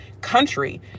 country